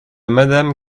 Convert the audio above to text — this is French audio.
madame